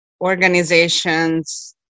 organizations